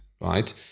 right